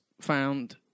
found